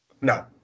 No